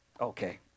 Okay